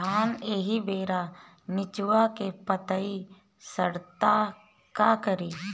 धान एही बेरा निचवा के पतयी सड़ता का करी?